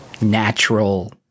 natural